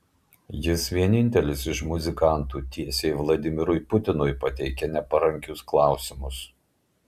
jis vienintelis iš muzikantų tiesiai vladimirui putinui pateikia neparankius klausimus